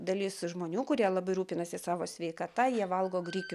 dalis žmonių kurie labai rūpinasi savo sveikata jie valgo grikių